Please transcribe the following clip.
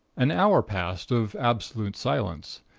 an hour passed, of absolute silence.